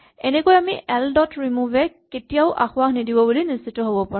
এনেকৈ আমি L dot remove এ কেতিয়াও আসোঁৱাহ নিদিব বুলি নিশ্চিত হ'ব পাৰো